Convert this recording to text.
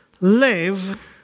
live